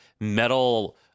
metal